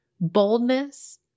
boldness